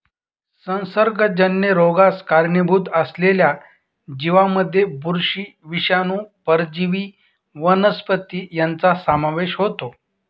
संसर्गजन्य रोगास कारणीभूत असलेल्या जीवांमध्ये बुरशी, विषाणू, परजीवी वनस्पती यांचा समावेश होतो